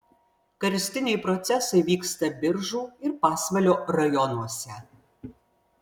karstiniai procesai vyksta biržų ir pasvalio rajonuose